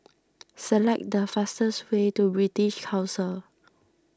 select the fastest way to British Council